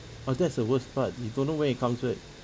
oh that's the worst part you don't know when it comes back